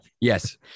yes